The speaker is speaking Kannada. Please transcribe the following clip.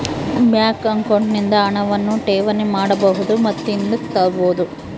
ಬ್ಯಾಂಕ್ ಅಕೌಂಟ್ ನಿಂದ ಹಣವನ್ನು ಠೇವಣಿ ಮಾಡಬಹುದು ಮತ್ತು ಹಿಂದುಕ್ ತಾಬೋದು